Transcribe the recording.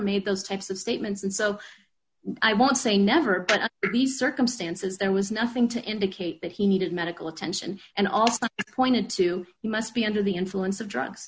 made those types of statements and so i won't say never but these circumstances there was nothing to indicate that he needed medical attention and also pointed to you must be under the influence of drugs